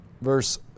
Verse